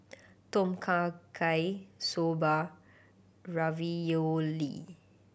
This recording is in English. Tom Kha Gai Soba Ravioli